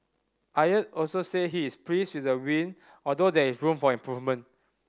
aide also said he is pleased with the win although there is room for improvement